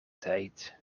tijd